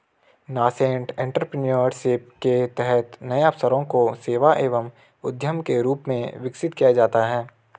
nascent entrepreneurship के तहत नए अवसरों को सेवा एवं उद्यम के रूप में विकसित किया जाता है